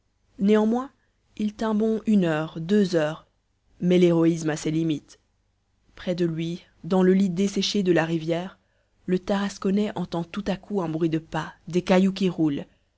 néanmoins il tint bon une heure deux heures mais l'héroïsme a ses limites près de lui dans le lit desséché de la rivière le tarasconnais entend tout à coup un bruit de pas des cailloux qui roulent